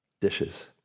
dishes